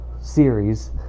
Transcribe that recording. series